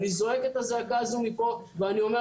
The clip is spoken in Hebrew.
אני זועק את הזעקה הזאת מפה ואני אומר